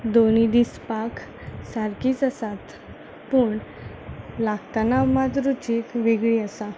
दोनूय दिसपाक सारकींच आसात पूण लागतना मात रुचीक वेगळीं आसात